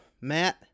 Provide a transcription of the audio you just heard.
matt